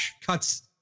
cuts